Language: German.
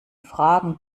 fragen